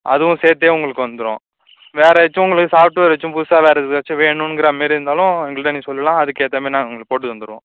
அதுவும் சேர்த்தே உங்களுக்கு வந்துடும் வேறு ஏதாச்சும் உங்களுக்கு சாஃப்ட்வேர் ஏதாச்சும் புதுசாக வேறு ஏதாச்சும் வேணுங்கிற மாரி இருந்தாலும் எங்கள்கிட்ட நீங்கள் சொல்லலாம் அதுக்கேற்றமேரி நாங்கள் உங்களுக்கு போட்டு தந்துடுவோம்